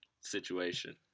situation